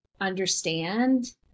understand